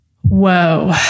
whoa